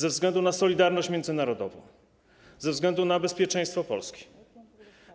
Ze względu na solidarność międzynarodową, ze względu na bezpieczeństwo Polski,